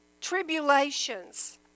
tribulations